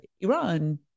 Iran